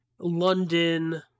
London